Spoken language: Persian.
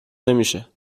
نمیشه